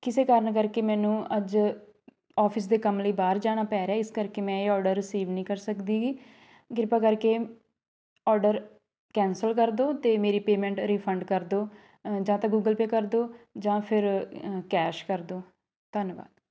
ਕਿਸੇ ਕਾਰਨ ਕਰਕੇ ਮੈਨੂੰ ਅੱਜ ਔਫਿਸ ਦੇ ਕੰਮ ਲਈ ਬਾਹਰ ਜਾਣਾ ਪੈ ਰਿਹਾ ਇਸ ਕਰਕੇ ਮੈਂ ਇਹ ਔਡਰ ਰਿਸੀਵ ਨਹੀਂ ਕਰ ਸਕਦੀ ਕਿਰਪਾ ਕਰਕੇ ਔਡਰ ਕੈਂਸਲ ਕਰ ਦਿਉ ਅਤੇ ਮੇਰੀ ਪੇਮੈਂਟ ਰਿਫੰਡ ਕਰ ਦਿਉ ਜਾਂ ਤਾਂ ਗੂਗਲ ਪੇ ਕਰ ਦਿਉ ਜਾਂ ਫਿਰ ਕੈਸ਼ ਕਰ ਦਿਉ ਧੰਨਵਾਦ